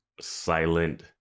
silent